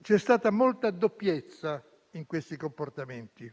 C'è stata molta doppiezza in questi comportamenti.